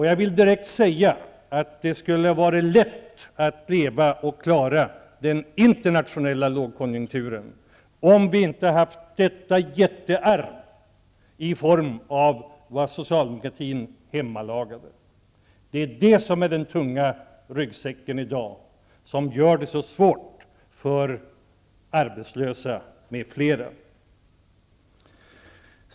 Jag vill direkt säga att det skulle ha varit lätt att leva och klara den internationella lågkonjunkturen om vi inte hade haft detta jättearv i form av vad socialdemokratin hemmalagade. Det är det som i dag är den tunga ryggsäcken och som gör det så svårt för arbetslösa m.fl.